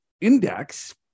index